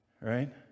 Right